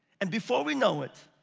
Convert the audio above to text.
and before we know it,